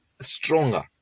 stronger